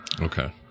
Okay